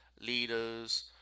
leaders